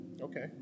Okay